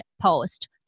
post